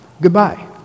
Goodbye